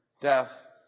death